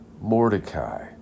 Mordecai